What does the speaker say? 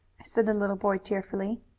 said the little boy tearfully.